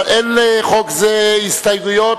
אין לחוק זה הסתייגויות,